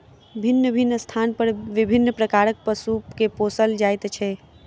भिन्न भिन्न स्थान पर विभिन्न प्रकारक पशु के पोसल जाइत छै